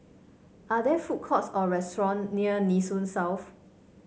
are there food courts or restaurant near Nee Soon South